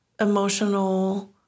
emotional